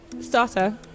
Starter